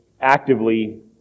actively